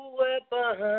weapon